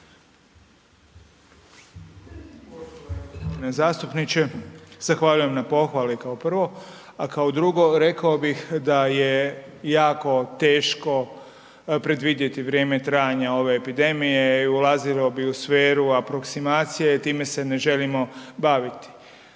zastupniče. Zahvaljujem na pohvali kao prvo, a kao drugo rekao bih da je jako teško predvidjeti vrijeme trajanja ove epidemije i ulazilo bi u sferu aproksimacije i time se ne želimo baviti.